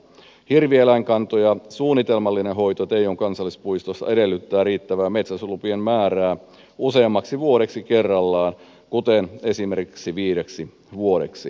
hirvieläinkantojen suunnitelmallinen hoito teijon kansallispuistossa edellyttää riittävää metsästyslupien määrää useammaksi vuodeksi kerrallaan kuten esimerkiksi viideksi vuodeksi